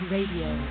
Radio